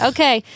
Okay